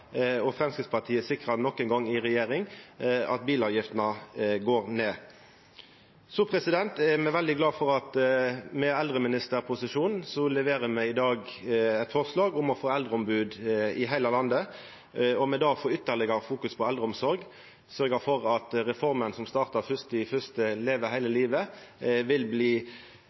og Framstegspartiet sikrar nok ein gong i regjering at bilavgiftene går ned. Så er me veldig glade for at me, som har eldreministeren, i dag leverer eit forslag om å få eldreombod i heile landet og med det få ytterlegare fokus på eldreomsorg. Vidare vil ein sørgja for at reforma Leve hele livet, som startar 1. januar, sikrar at eldre vil